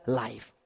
life